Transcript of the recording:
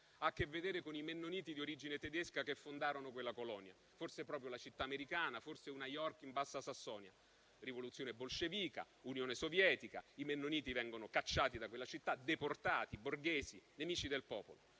ha a che vedere con i mennoniti di origine tedesca che fondarono quella colonia. Forse si riferisce proprio alla città americana, forse ad una York in bassa Sassonia. Rivoluzione bolscevica, Unione Sovietica, i mennoniti vengono cacciati da quella città, deportati perché borghesi, nemici del popolo.